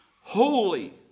Holy